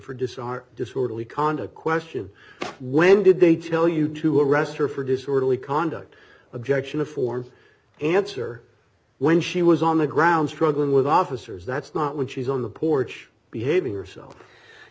for dishonor disorderly conduct question when did they tell you to arrest her for disorderly conduct objection a form answer when she was on the ground struggling with officers that's not when she's on the porch behaving